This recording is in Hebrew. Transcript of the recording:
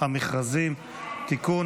המכרזים (תיקון,